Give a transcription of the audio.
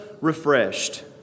refreshed